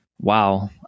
wow